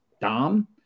Dom